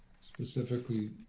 specifically